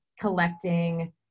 collecting